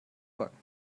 backen